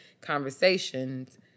conversations